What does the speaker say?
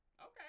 Okay